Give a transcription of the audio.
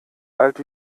alt